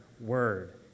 word